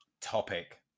topic